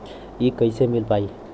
इ कईसे मिल पाई?